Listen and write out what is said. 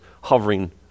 hovering